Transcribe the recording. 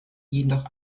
jedoch